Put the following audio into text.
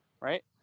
Right